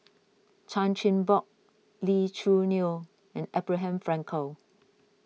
Chan Chin Bock Lee Choo Neo and Abraham Frankel